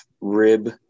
rib